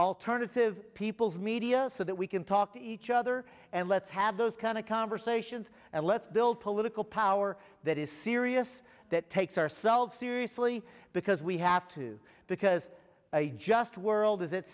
alternative people's media so that we can talk to each other and let's have those kind of conversations and let's build political power that is serious that takes ourselves seriously because we have to because a just world is at